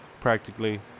practically